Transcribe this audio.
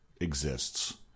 exists